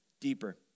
deeper